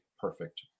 perfect